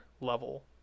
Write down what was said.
level